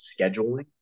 scheduling